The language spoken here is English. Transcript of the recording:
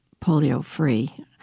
polio-free